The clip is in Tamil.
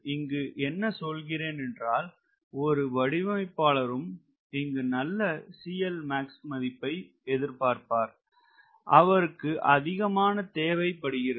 இங்கு என்ன சொல்கிறேன் என்றால் ஒரு வடிவமைப்பாளரும் இங்கு நல்ல மதிப்பை பார்ப்பார் அவருக்கு அது அதிகமாக தேவை படுகிறது